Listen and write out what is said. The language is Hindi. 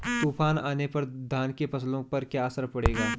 तूफान आने पर धान की फसलों पर क्या असर पड़ेगा?